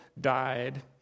died